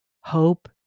hope